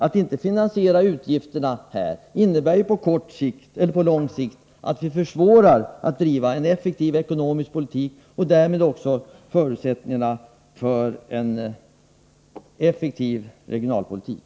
Att inte finansiera utgifterna innebär långsiktigt att man försvårar en effektiv ekonomisk politik och därmed också minskar förutsättningarna för en effektiv regionalpolitik.